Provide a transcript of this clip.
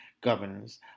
governors